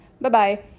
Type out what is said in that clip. Bye-bye